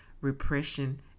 repression